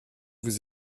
vous